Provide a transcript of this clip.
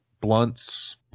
blunts